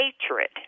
hatred